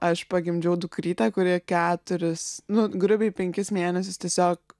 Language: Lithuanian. aš pagimdžiau dukrytę kuri keturis nu grubiai penkis mėnesius tiesiog